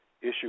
issue